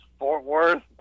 Fortworth